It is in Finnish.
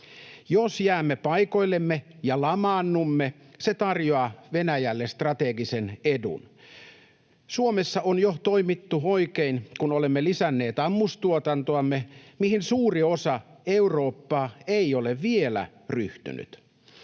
Jos jäämme paikoillemme ja lamaannumme, se tarjoaa Venäjälle strategisen edun. Suomessa on jo toimittu oikein, kun olemme lisänneet ammustuotantoamme, mihin suuri osa Eurooppaa ei ole vielä ryhtynyt.